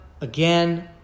again